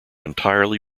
entirely